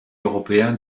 européen